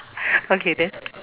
okay then